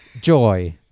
joy